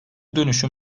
dönüşüm